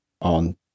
on